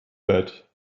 that